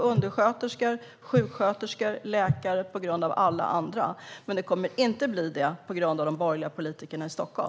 undersköterskor, sjuksköterskor, läkare och alla andra. Men det kommer inte att bli det på grund av de borgerliga politikerna i Stockholm.